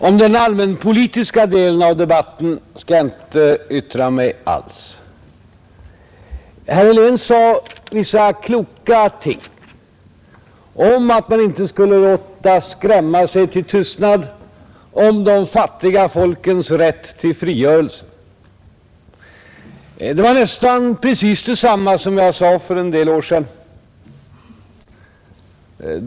Om den allmänpolitiska delen av debatten skall jag inte yttra mig alls, Herr Helén sade vissa kloka ting om att man inte skulle låta skrämma sig till tystnad och om de fattiga folkens rätt till frigörelse. Det var nästan precis detsamma som jag sade för en del år sedan.